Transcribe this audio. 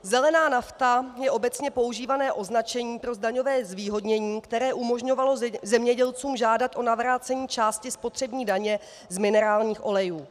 Zelená nafta je obecně používané označení pro daňové zvýhodnění, které umožňovalo zemědělcům žádat o navrácení části spotřební daně z minerálních olejů.